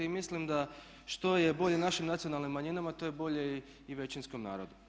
Mislim da što je bolje našim nacionalnim manjima to je bolje i većinskom narodu.